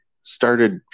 started